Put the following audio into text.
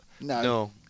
No